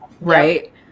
Right